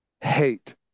hate